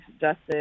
justice